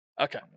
Okay